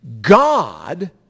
God